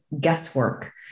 guesswork